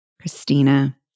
Christina